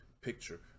picture